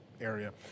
area